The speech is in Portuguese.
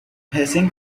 recém